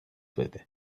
بده